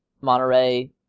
Monterey